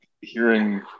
hearing